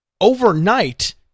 overnight